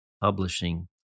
publishing